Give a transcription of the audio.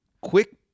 Quick